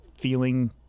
feeling